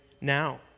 now